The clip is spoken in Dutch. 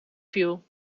viel